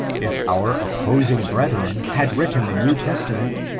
if our opposing brethren had written the new testament,